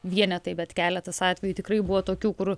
vienetai bet keletas atvejų tikrai buvo tokių kur